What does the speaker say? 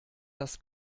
das